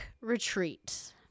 retreat